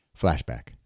Flashback